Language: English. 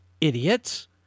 idiots